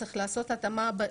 צריך לעשות התאמה,